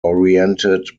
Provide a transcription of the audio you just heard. oriented